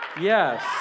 Yes